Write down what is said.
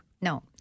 No